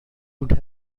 would